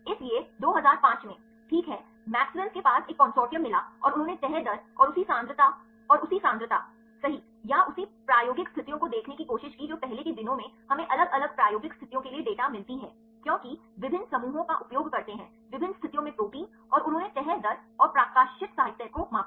इसलिए 2005 में ठीक है मैक्सवेल Maxwell's के पास एक कंसोर्टियम मिला और उन्होंने तह दर और उसी सांद्रता और उसी सांद्रता सही या उसी प्रायोगिक स्थितियों को देखने की कोशिश की जो पहले के दिनों में हमें अलग अलग प्रायोगिक स्थितियों के लिए डेटा मिलती है क्योंकि विभिन्न समूहों का उपयोग करते हैं विभिन्न स्थितियों में प्रोटीन और उन्होंने तह दर और प्रकाशित साहित्य को मापा